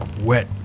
wet